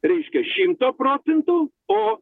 reiškia šimto procentų o